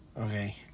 Okay